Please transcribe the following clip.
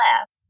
left